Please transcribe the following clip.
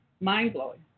mind-blowing